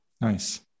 Nice